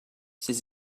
ses